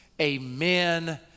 Amen